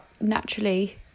naturally